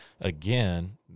again